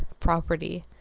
property,